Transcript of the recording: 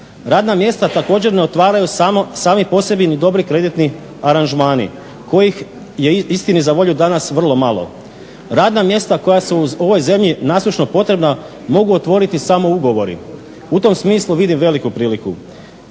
Radna mjesta također ne otvaraju sami po sebi ni dobri kreditni aranžmani kojih je istini za volju danas vrlo malo. Radna mjesta koja su u ovoj zemlji nasušno potrebna mogu otvoriti samo ugovori. U tom smislu vidim veliku priliku.